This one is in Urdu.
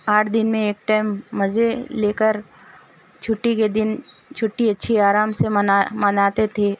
آٹھ دن میں ایک ٹائم مزے لے کر چھٹی کے دن چھٹی اچھی آرام سے منا مناتے تھے